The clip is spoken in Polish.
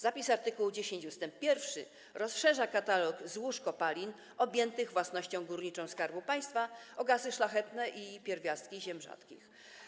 Zapis art. 10 ust. 1 rozszerza katalog złóż kopalin objętych własnością górniczą Skarbu Państwa o gazy szlachetne i pierwiastki ziem rzadkich.